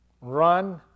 run